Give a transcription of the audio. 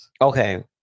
Okay